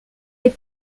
les